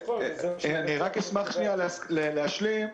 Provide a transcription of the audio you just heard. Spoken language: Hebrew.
רק אשמח להשלים,